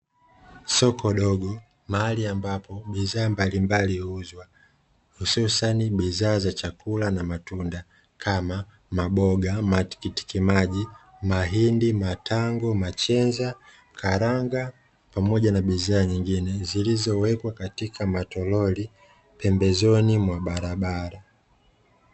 Soko dogo mahali ambapo bidhaa mbalimbali huuzwa, hususa ni bidha za chakula na matunda Kama, maboga, matikiti maji, mahindi, matango, machenza, karanga pamoja na bidhaa nyingine. Zilizowekwa katika matolori pembezoni mwa barabara.